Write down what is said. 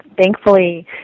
thankfully